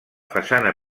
façana